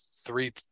three